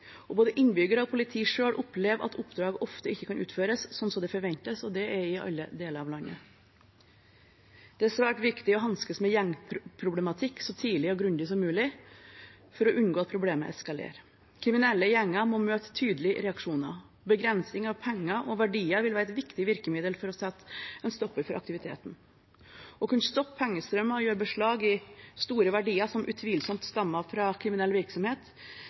Både innbyggere og politiet selv opplever at oppdrag ofte ikke kan utføres slik det forventes, og det er i alle deler av landet. Det er svært viktig å hanskes med gjengproblematikk så tidlig og grundig som mulig for å unngå at problemet eskalerer. Kriminelle gjenger må møte tydelige reaksjoner. Begrensning av penger og verdier vil være et viktig virkemiddel for å sette en stopper for aktiviteten. Å kunne stoppe pengestrømmer og gjøre beslag i store verdier som utvilsomt stammer fra kriminell virksomhet,